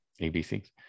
abc